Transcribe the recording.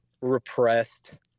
repressed